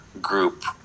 group